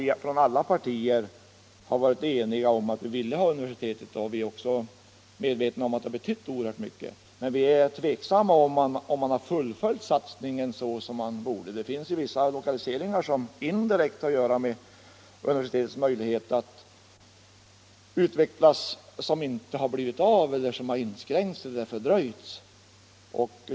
i alla partier har varit eniga om att vi ville ha universitetet och att vi Om sysselsättningen också är medvetna om att det har betytt oerhört mycket men är tvek = vid Sonabs anlägg samma till om satsningen varit tillräcklig. Det finns ju vissa lokaliseringar — ning i Lövånger, som indirekt har att göra med universitetets möjligheter att utvecklas — m.m. men som antingen inte har blivit av eller som har inskränkts eller för dröjts.